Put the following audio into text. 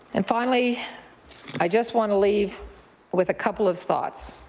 and finally i just want to leave with a couple of thoughts.